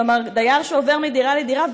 כלומר דייר שעובר מדירה לדירה,